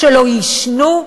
שלא יישנו?